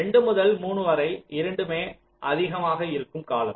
2 முதல் 3 வரை இரண்டுமே அதிகமாக இருக்கும் காலம்